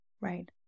Right